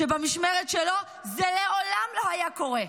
שבמשמרת שלו זה לעולם לא היה קורה.